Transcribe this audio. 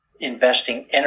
investing